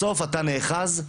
בסוף, אנשים נאחזים